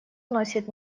носит